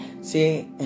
See